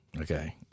Okay